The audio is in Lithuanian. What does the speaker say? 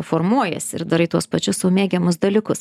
formuojies ir darai tuos pačius mėgiamus dalykus